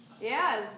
Yes